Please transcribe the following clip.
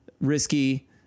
risky